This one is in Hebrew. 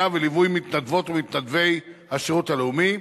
ולליווי של מתנדבות ומתנדבי השירות הלאומי,